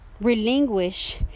Relinquish